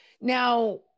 Now